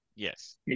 Yes